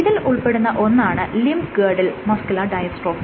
ഇതിൽ ഉൾപ്പെടുന്ന ഒന്നാണ് ലിമ്പ് ഗേർഡിൽ മസ്ക്യൂലർ ഡയസ്ട്രോഫി